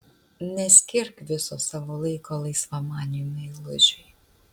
neskirk viso savo laiko laisvamaniui meilužiui